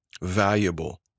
valuable